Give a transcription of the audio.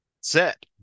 set